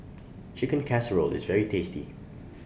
Chicken Casserole IS very tasty